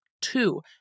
Two